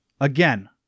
Again